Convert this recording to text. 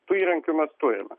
tų įrankių mes turime